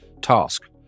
task